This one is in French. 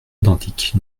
identiques